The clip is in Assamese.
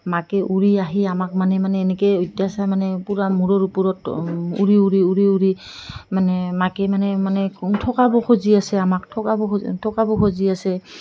মাকে উৰি আহি আমাক মানে মানে এনেকৈ মানে পূৰা মূৰৰ ওপৰত উৰি উৰি উৰি উৰি মানে মাকে মানে মানে ঠগাব খুজি আছে আমাক ঠগাব ঠগাব খুজি আছে